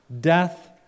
Death